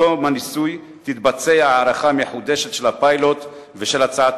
בתום הניסוי תתבצע הערכה מחודשת של הפיילוט ושל הצעת